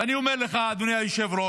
ואני אומר לך, אדוני היושב-ראש,